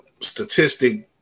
statistic